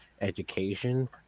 education